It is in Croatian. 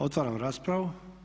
Otvaram raspravu.